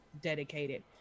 dedicated